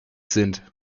sind